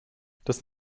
das